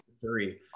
three